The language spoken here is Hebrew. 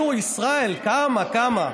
נו, ישראל, כמה, כמה.